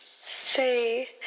say